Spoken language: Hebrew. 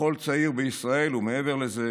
לכל צעיר בישראל, ומעבר לזה,